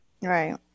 right